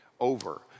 over